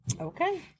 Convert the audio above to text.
Okay